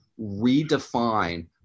redefine